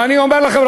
אני אומר לכם,